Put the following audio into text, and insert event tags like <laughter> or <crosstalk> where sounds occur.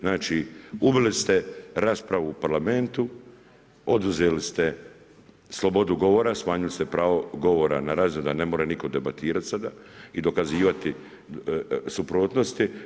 Znači, ubili ste raspravu u parlamentu, oduzeli ste slobodu govora, smanjili ste pravo govora ... <unintelligible> da ne može nitko debatirati sada i dokazivati suprotnosti.